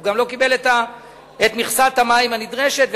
והוא לא קיבל את מכסת המים הנדרשת.